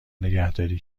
نگهداری